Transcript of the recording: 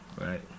Right